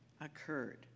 occurred